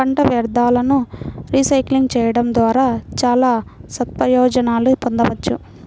పంట వ్యర్థాలను రీసైక్లింగ్ చేయడం ద్వారా చాలా సత్ప్రయోజనాలను పొందవచ్చు